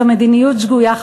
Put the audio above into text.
זו מדיניות שגויה,